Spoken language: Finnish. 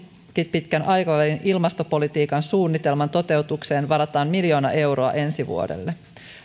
keskipitkän aikavälin ilmastopolitiikan suunnitelman toteutukseen varataan miljoona euroa ensi vuodelle